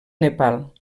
nepal